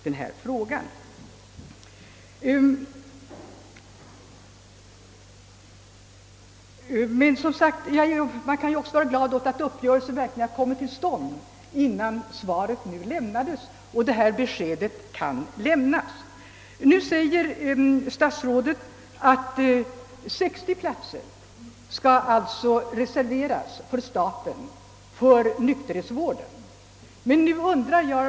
Det är nu mycket glädjande att en uppgörelse verkligen kommit till stånd och att statsrådet kunnat lämna detta besked. Statsrådet säger att ett 60-tal platser mot ersättning skall disponeras av staten för de patienter inom nykterhetsvården som behöver sjukhusets speciella vårdresurser.